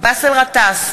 באסל גטאס,